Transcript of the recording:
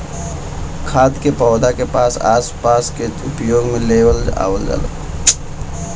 खाद के पौधा के आस पास छेद क के उपयोग में ले आवल जाला